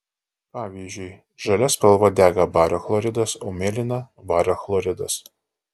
pavyzdžiui žalia spalva dega bario chloridas o mėlyna vario chloridas